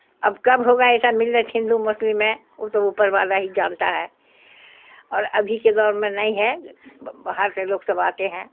اب کب ہوگا ایسا ملت ہندو مسلم میں او تو اوپر والا ہی جانتا ہے اور ابھی کے دور میں نہیں ہے باہر سے لوگ سب آتے ہیں